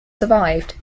survived